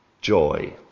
joy